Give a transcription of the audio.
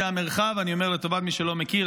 אני אומר לטובת מי שלא מכיר,